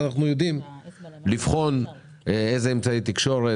ואנחנו יודעים לבחון איזה אמצעי תקשורת